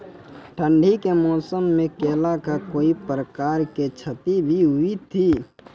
ठंडी के मौसम मे केला का कोई प्रकार के क्षति भी हुई थी?